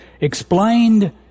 explained